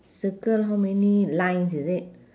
circle how many lines is it